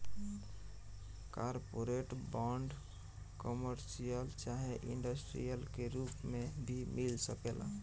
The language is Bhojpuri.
कॉरपोरेट बांड, कमर्शियल चाहे इंडस्ट्रियल के रूप में भी मिल सकेला